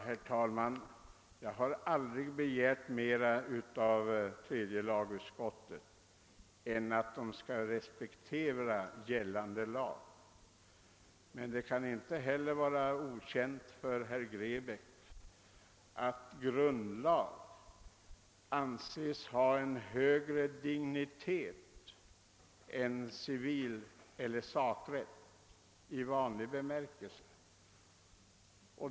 Herr talman! Jag har aldrig begärt mera av tredje lagutskottet än att utskottet skall respektera gällande lag. Emellertid kan det inte heller vara okänt för herr Grebäck att grundlag anses ha en högre dignitet än civileller sakrätt i vanlig bemärkelse.